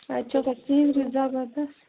اَتہِ چھِ آسان سیٖنری زبَردس